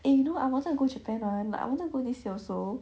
and you know I wanted to go japan one like I wanted to go this year also